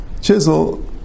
chisel